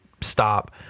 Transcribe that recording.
stop